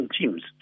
teams